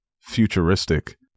futuristic